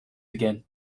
again